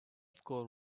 score